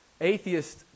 Atheist